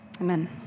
Amen